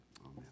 Amen